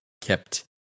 kept